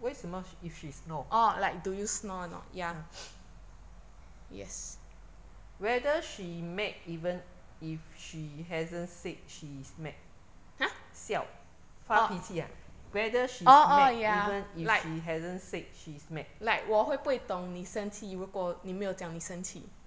为什么 if she snore whether she mad even if she hasn't said she's mad siao 发脾气 a whether she's mad even if she hasn't said she's mad